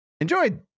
enjoyed